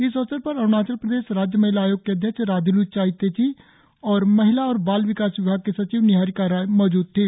इस अवसर पर अरुणाचल प्रदेश राज्य महिला आयोग के अध्यक्ष राधिल् चाई तेसी और महिला और बाल विकास विभाग की सचिव निहारिका रॉय मौजूद थी